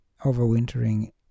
overwintering